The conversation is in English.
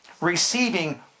receiving